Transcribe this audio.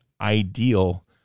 ideal